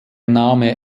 name